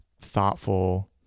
thoughtful